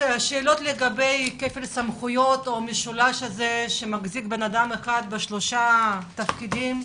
שאלות לגבי כפל סמכויות או המשולש הזה שבן אדם מחזיק בשלושה תפקידים.